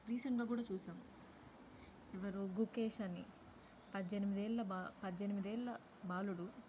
రీసెంట్గా కూడా చూసాం ఎవరు గుకేష్ అని పద్దెనిమిది ఏళ్ళ బా పద్దెనిమిది ఏళ్ళ బాలుడు